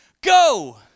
go